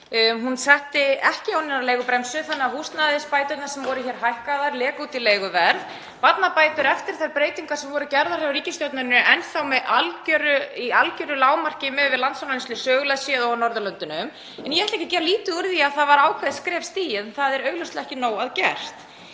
Hún setti ekki á neina leigubremsu þannig að húsnæðisbæturnar sem voru hækkaðar leka út í leiguverð. Barnabætur, eftir þær breytingar sem voru gerðar hjá ríkisstjórninni, eru enn þá í algjöru lágmarki miðað við landsframleiðslu sögulega séð og á Norðurlöndunum. Ég ætla ekki að gera lítið úr því að það var ákveðið skref stigið en það er augljóslega ekki nóg að gert.